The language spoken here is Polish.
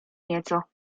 nieco